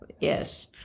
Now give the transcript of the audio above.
Yes